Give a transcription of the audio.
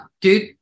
dude